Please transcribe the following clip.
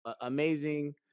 amazing